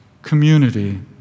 Community